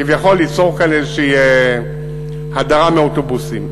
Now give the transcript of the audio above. כביכול ליצור כאן איזו הדרה מאוטובוסים.